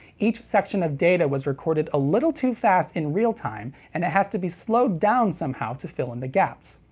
each section of data was recorded a little too fast in real time, and it has to be slowed down somehow to fill in the gaps.